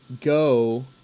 go